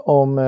om